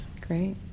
Great